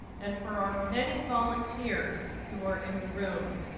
and for our many volunteers who are in the room.